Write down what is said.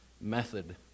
method